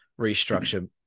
restructure